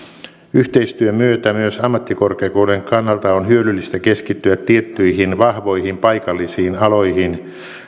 yhteistyön myötä myös ammattikorkeakoulujen kannalta on hyödyllistä keskittyä tiettyihin vahvoihin paikallisiin aloihin